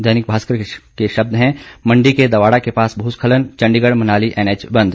दैनिक भास्कर के शब्द हैं मंडी के दवाड़ा के पास भूस्खलन चंडीगढ़ मनाली एनएच बंद